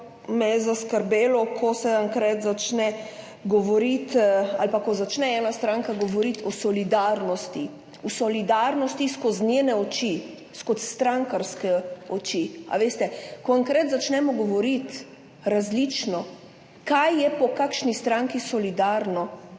malce zaskrbelo, ko se enkrat začne govoriti ali pa ko začne ena stranka govoriti o solidarnosti skozi svoje oči, skozi strankarske oči. Veste, ko enkrat začnemo govoriti različno, kaj je za kakšno stranko solidarno,